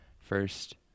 First